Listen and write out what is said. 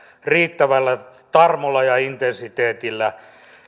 riittävällä tarmolla ja intensiteetillä